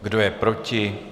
Kdo je proti?